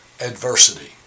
Adversity